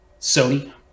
Sony